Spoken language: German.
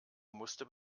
musste